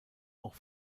auch